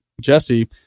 Jesse